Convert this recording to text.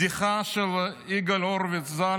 בדיחה של יגאל הורביץ ז"ל,